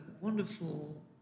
wonderful